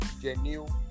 genuine